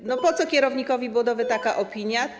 I po co kierownikowi budowy taka opinia?